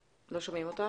בבקשה.